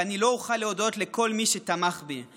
ואני לא אוכל להודות לכל מי שתמך בי,